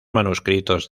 manuscritos